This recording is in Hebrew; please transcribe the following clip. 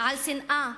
על שנאה